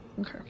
Okay